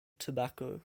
tobacco